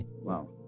Wow